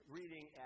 reading